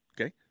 okay